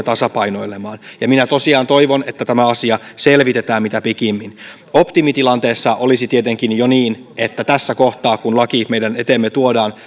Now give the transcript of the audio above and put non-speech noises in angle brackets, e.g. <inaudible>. <unintelligible> tasapainoilemaan ja minä tosiaan toivon että tämä asia selvitetään mitä pikimmin optimitilanteessa olisi tietenkin jo niin että tässä kohtaa kun laki meidän eteemme tuodaan